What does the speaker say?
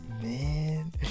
Man